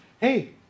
Hey